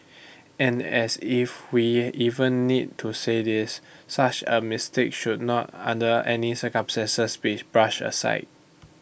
and as if we even need to say this such A mistake should not under any circumstances be brush aside